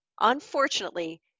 unfortunately